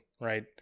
right